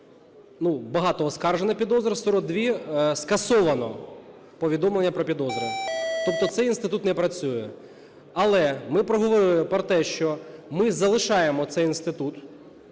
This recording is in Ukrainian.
багато оскаржено підозр, 42 скасовано повідомлення про підозру. Тобто цей інститут не працює. Але ми проговорили про те, що ми залишаємо цей інститут,